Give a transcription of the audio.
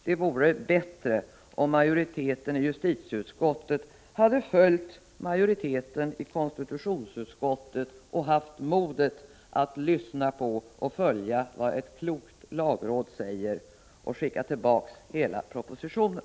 Det hade varit bättre om majoriteten i justitieutskottet hade följt majoriteten i konstitutionsutskottet och haft modet att lyssna på och följa vad ett klokt lagråd säger och skicka tillbaka hela propositionen.